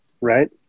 right